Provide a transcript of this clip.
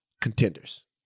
contenders